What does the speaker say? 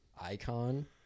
icon